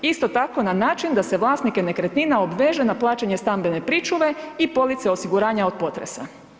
Isto tako na način da se vlasnike nekretnina obveže na plaćanje stambene pričuve i police osiguranja od potresa.